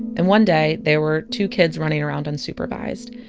and one day, there were two kids running around unsupervised.